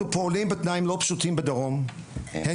אנחנו פועלים בתנאים לא פשוטים בדרום, הן